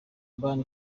ban